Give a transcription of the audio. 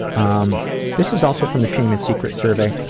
um this is also from the shame and secrets survey,